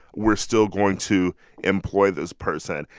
we're still going to employ this person.